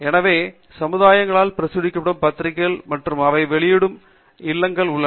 எனவே சமுதாயங்களால் பிரசுரிக்கப்படும் பத்திரிகைகள் மற்றும் அவை வெளியீட்டு இல்லங்கள் உள்ளன